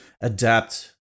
adapt